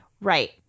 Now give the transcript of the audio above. Right